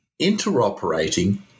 interoperating